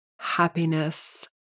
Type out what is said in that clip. happiness